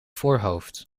voorhoofd